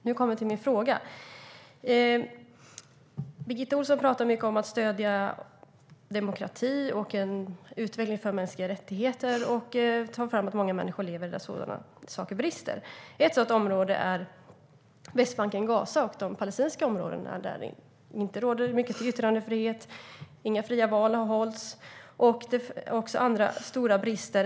Nu kommer jag till min fråga. Birgitta Ohlsson talar mycket om att stödja demokrati och en utveckling för mänskliga rättigheter, och hon säger att många människor lever där sådana saker brister. Ett sådant område är Västbanken och Gaza och de palestinska områdena där det inte råder mycket till yttrandefrihet. Inga fria val har hållits, och det finns även andra stora brister.